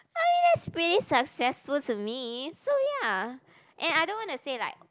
I mean that's pretty successful to me so ya and I don't wanna say like